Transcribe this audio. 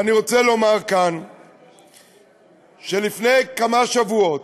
ואני רוצה לומר כאן שלפני כמה שבועות,